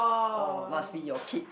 oh must be your kid